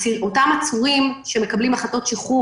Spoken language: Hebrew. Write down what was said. לגבי אותם עצורים שמקבלים החלטות שחרור